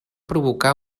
provocar